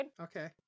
Okay